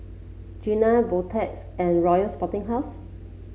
Garnier Beautex and Royal Sporting House